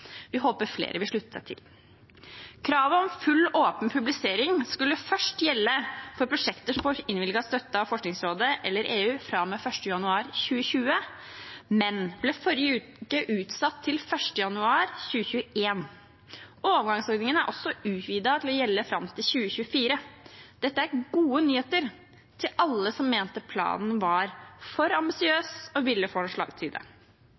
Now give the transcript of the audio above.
Vi håper flere vil slutte seg til. Kravet om full åpenhet knyttet til publisering skulle først gjelde for prosjekter som får innvilget støtte av Forskningsrådet eller EU fra og med 1. januar 2020, men ble i forrige uke utsatt til 1. januar 2021. Overgangsordningen er også utvidet til å gjelde fram til 2024. Dette er gode nyheter for alle som mente at planen var for ambisiøs og ville få en slagside. Forskningsrådet har lyttet til